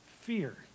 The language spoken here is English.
fear